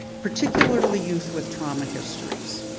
particularly youth with trauma histories.